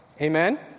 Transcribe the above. Amen